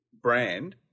brand